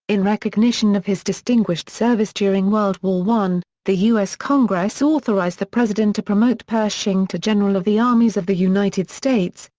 in recognition of his distinguished service during world war i, the u s. congress authorized the president to promote pershing to general of the armies of the united states,